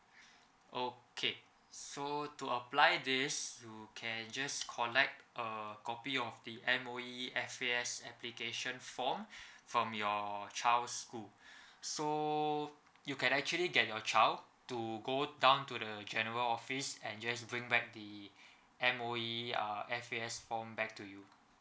okay so to apply this you can just collect a copy of the M_O_E F_A_S application form from your child's school so you can actually get your child to go down to the general office and he has to bring back the M_O_E uh F_A_S form back to you